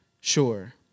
sure